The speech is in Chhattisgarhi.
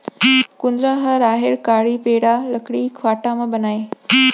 कुंदरा ह राहेर कांड़ी, पैरा, लकड़ी फाटा म बनय